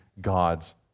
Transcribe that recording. God's